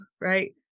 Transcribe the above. right